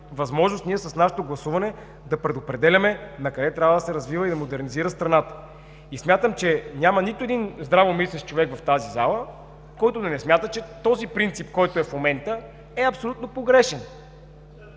възможност и с нашето гласуване да предопределяме накъде трябва да се развива и модернизира страната. Смятам, че няма нито един здравомислещ човек в тази зала, който да не смята, че този принцип, който е в момента, е абсолютно погрешен.